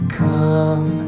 come